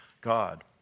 God